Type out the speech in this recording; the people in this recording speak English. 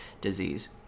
disease